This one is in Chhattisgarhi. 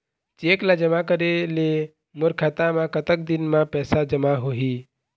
चेक ला जमा करे ले मोर खाता मा कतक दिन मा पैसा जमा होही?